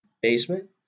basement